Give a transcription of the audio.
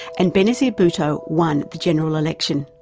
and benazir bhutto won the general election.